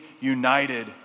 united